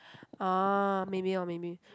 ah maybe lor maybe